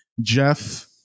Jeff